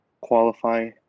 qualify